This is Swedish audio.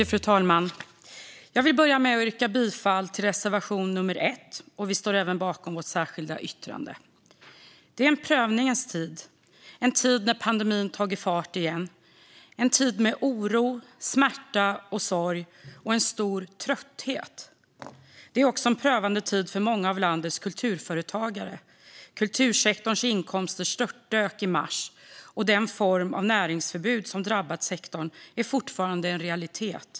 Fru talman! Jag vill börja med att yrka bifall till reservation nummer 1, och vi står även bakom vårt särskilda yttrande. Det är en prövningens tid när pandemin tagit fart igen, en tid med oro, smärta, sorg och en stor trötthet. Det är också en prövande tid för många av landets kulturföretagare. Kultursektorns inkomster störtdök i mars, och den form av näringsförbud som drabbat sektorn är fortfarande en realitet.